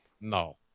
No